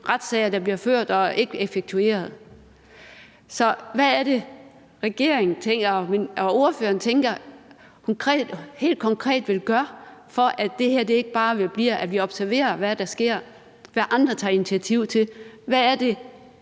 retssager, der bliver ført og ikke effektueret. Så hvad er det, regeringen og ordføreren tænker de helt konkret vil gøre, for at det her ikke bare vedbliver at være sådan, at vi observerer, hvad der sker, og hvad andre tager initiativ til? Hvad er det,